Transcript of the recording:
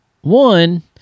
One